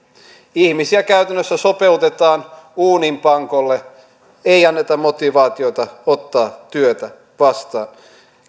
ihmisiä käytännössä sopeutetaan uuninpankolle ei anneta motivaatiota ottaa työtä vastaan